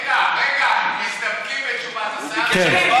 רגע, רגע, מסתפקים בתשובות השר?